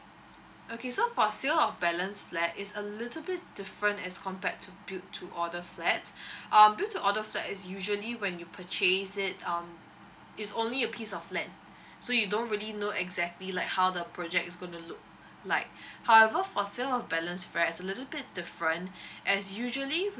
okay so for sale of balance flat it's a little bit different as compared to build to order flat um build to order flat is usually when you purchase it um it's only a piece of land so you don't really know exactly like how the project is gonna look like however for sale of balance flat it's a little bit different as usually